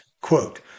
quote